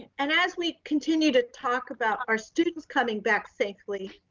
and as we continue to talk about our students coming back safely,